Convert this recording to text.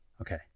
Okay